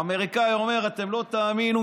האמריקני אומר: אתם לא תאמינו,